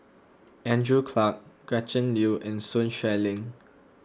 Andrew Clarke Gretchen Liu and Sun Xueling